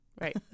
Right